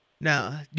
Now